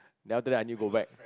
then after that I need go back